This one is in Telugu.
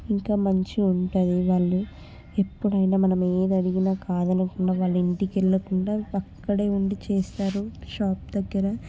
ఇంకా మంచిగా ఉంటుంది వాళ్ళు ఎప్పుడైనా మనమేది అడిగిన కాదనకుండా వాళ్ళు ఇంటికెళ్ళకుండా అక్కడే ఉండి చేస్తారు షాప్ దగ్గర